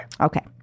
Okay